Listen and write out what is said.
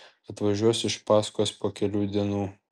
atvažiuos iš paskos po kelių dienų